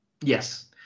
Yes